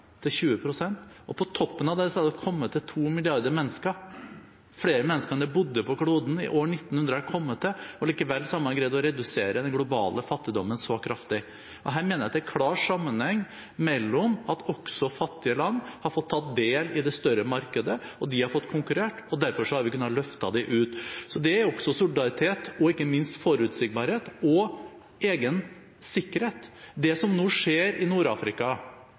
til 20 pst., og på toppen av det har det kommet til to milliarder mennesker. Flere mennesker enn det bodde på kloden i år 1900, har kommet til, og likevel har man greid å redusere den globale fattigdommen så kraftig. Her mener jeg at det er en klar sammenheng mellom at også fattige land har fått tatt del i det større markedet og fått konkurrert, og at vi derfor har kunnet løfte dem ut av fattigdom. Det er også solidaritet og ikke minst forutsigbarhet og egen sikkerhet. Det som nå skjer i